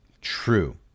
True